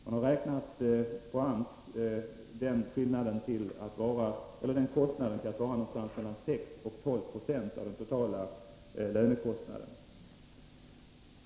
AMS har räknat ut att denna kostnad är 6—12 96 av den totala lönekostnaden.